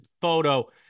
photo